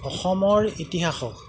অসমৰ ইতিহাসক